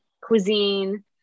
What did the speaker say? cuisine